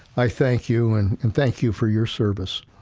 i thank you, and and thank you for your service.